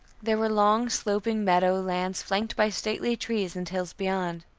there were long sloping meadow lands flanked by stately trees and hills beyond.